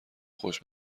خوش